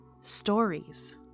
Stories